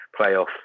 playoff